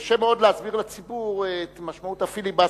קשה מאוד להסביר לציבור את משמעות הפיליבסטר.